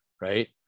right